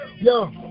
Yo